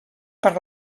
per